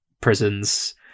prisons